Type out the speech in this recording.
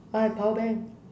but I have power bank